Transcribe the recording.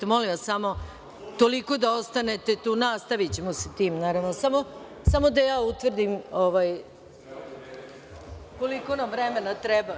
Molim vas samo toliko da ostanete, nastavićemo sa tim, samo da ja utvrdim koliko nam vremena treba.